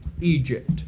Egypt